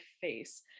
face